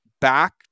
back